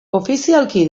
ofizialki